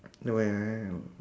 the !wow!